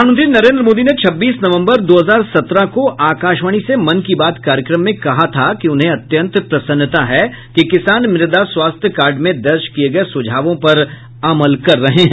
प्रधानमंत्री नरेंद्र मोदी ने छब्बीस नवम्बर दो हजार सत्रह को आकाशवाणी से मन की बात कार्यक्रम में कहा था कि उन्हें अत्यंत प्रसन्नता है कि किसान मृदा स्वास्थ्य कार्ड में दर्ज किए गए सुझावों पर अमल कर रहे हैं